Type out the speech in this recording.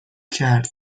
کرد